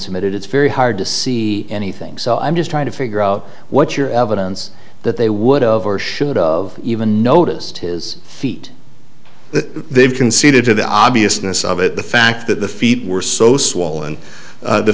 submitted it's very hard to see anything so i'm just trying to figure out what your evidence that they would of or should of even noticed his feet they've conceded to the obviousness of it the fact that the feet were so swollen